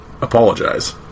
apologize